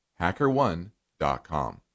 HackerOne.com